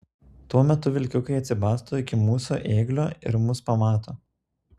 tuo metu vilkiukai atsibasto iki mūsų ėglio ir mus pamato